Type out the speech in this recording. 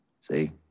See